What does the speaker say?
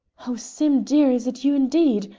oh, sim! dear, is it you indeed?